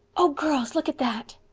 oh, girls, look at that!